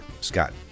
Scott